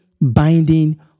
binding